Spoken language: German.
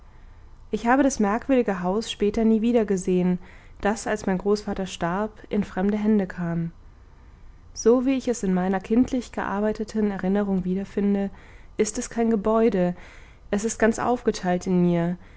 ich habe das merkwürdige haus später nie wiedergesehen das als mein großvater starb in fremde hände kam so wie ich es in meiner kindlich gearbeiteten erinnerung wiederfinde ist es kein gebäude es ist ganz aufgeteilt in mir